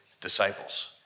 disciples